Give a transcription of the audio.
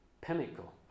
pinnacle